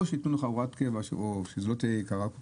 או שיאפשרו לעשות הוראת קבע שלא תהיה יקרה כל